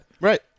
right